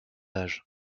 âge